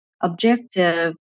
objective